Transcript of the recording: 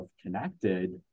connected